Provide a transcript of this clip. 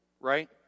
right